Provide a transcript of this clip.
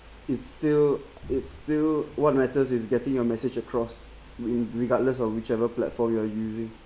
it's still it's still what matters is getting your message across re~ regardless of whichever platform you are using